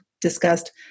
discussed